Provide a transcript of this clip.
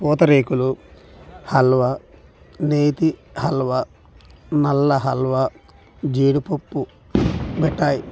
పూతరేకులు హల్వా నేతి హల్వా నల్ల హల్వా జీడిపప్పు మిఠాయి